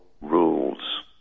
rules